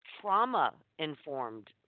trauma-informed